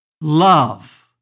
love